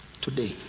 Today